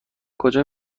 کجا